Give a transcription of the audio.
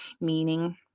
meaning